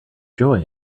joy